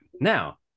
now